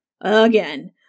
again